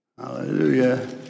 Hallelujah